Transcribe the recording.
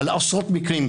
על עשרות מקרים.